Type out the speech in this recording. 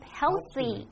healthy